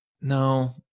no